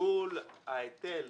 גלגול ההיטל